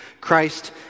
Christ